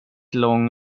lång